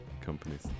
companies